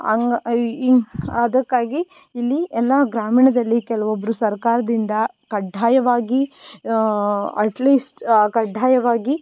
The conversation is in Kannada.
ಹಂಗ್ ಈ ಹಿಂಗ್ ಅದಕ್ಕಾಗಿ ಇಲ್ಲಿ ಎಲ್ಲ ಗ್ರಾಮೀಣದಲ್ಲಿ ಕೆಲವೊಬ್ಬರು ಸರ್ಕಾರದಿಂದ ಕಡ್ಢಾಯವಾಗಿ ಅಟ್ಲಿಸ್ಟ್ ಕಡ್ಢಾಯವಾಗಿ